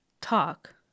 Talk